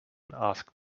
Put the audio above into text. asked